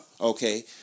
okay